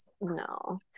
No